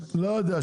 לא יודע,